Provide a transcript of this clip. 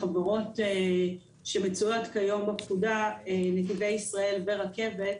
החברות שמצויות כיום בפקודה: נתיבי ישראל ורכבת,